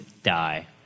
die